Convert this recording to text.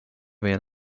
vien